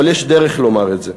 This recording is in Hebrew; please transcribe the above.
אבל יש דרך לומר את זה,